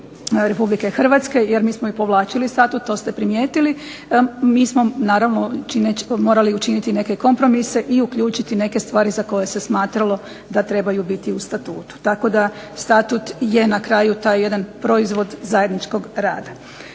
tijelima Vlade RH jer mi smo i povlačili Statut to ste primijetili, mi smo naravno morali učiniti neke kompromise i uključiti neke stvari za koje se smatralo da trebaju biti u Statutu. Tako da Statut je na kraju taj jedan proizvod zajedničkog rada.